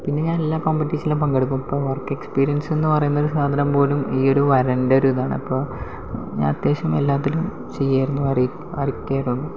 പിന്നെ ഞാൻ എല്ലാ കോമ്പറ്റീഷനിലും പങ്കെടുക്കും ഇപ്പോൾ വർക്ക് എക്സ്പെരിയൻസ് എന്ന് പറയുന്ന ഒരു സാധനം പോലും ഈ ഒരു വരേൻ്റെ ഒരു ഇതാണ് അപ്പോൾ ഞാൻ അത്യാവശ്യം എല്ലാത്തിലും ചെയ്യുമായിരുന്നു വരെയൊക്കെ വരയ്ക്കുമായിരുന്നു